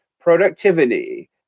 productivity